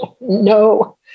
no